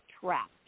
trapped